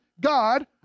God